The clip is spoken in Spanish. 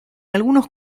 algunos